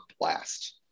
blast